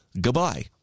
goodbye